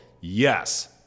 yes